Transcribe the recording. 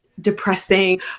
depressing